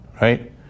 right